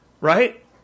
Right